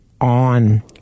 on